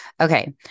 Okay